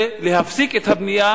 זה להפסיק את הבנייה